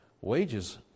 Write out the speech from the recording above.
Wages